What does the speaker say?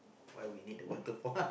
why we need the water for